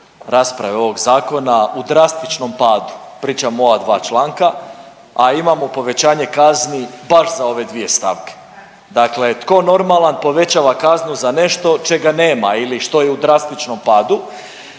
rasprave ovog zakona u drastičnom padu. Pričam o ova dva članka, a imamo povećanje kazni baš za ove dvije stavke. Dakle, tko normalan povećava kaznu za nešto čega nema ili što je u drastičnom padu.